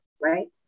right